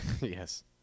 Yes